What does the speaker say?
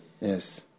Yes